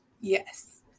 Yes